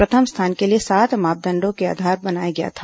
प्रथम स्थान के लिए सात मापदंडों को आधार बनाया गया था